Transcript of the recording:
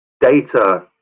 data